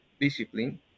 discipline